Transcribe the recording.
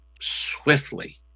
swiftly